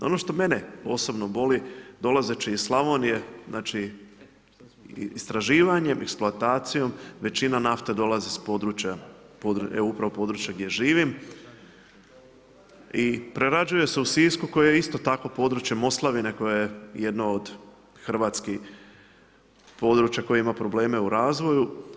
Ono što mene osobno boli dolazeći iz Slavonije znači istraživanjem, eksploatacijom većina nafte dolazi s područja upravo gdje živim i prerađuje se u Sisku koji je isto tako područje Moslavine koje je jedno od hrvatskih područja koje ima probleme u razvoju.